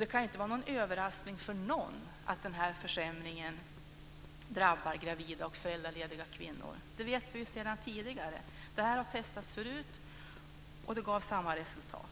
Det kan ju inte vara någon överraskning för någon att denna försämring drabbar gravida och föräldralediga kvinnor. Det vet vi ju sedan tidigare. Detta har testats förut, och det gav samma resultat.